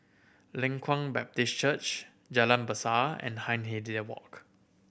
Leng Kwang Baptist Church Jalan Besar and Hindhede Walk